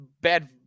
bad